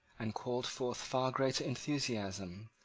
and called forth far greater enthusiasm,